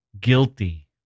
guilty